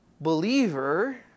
believer